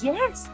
Yes